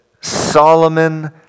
Solomon